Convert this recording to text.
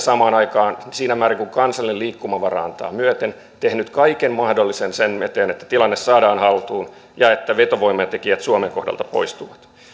samaan aikaan siinä määrin kuin kansallinen liikkumavara antaa myöten tehnyt kaiken mahdollisen sen eteen että tilanne saadaan haltuun ja että vetovoimatekijät suomen kohdalta poistuvat